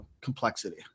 complexity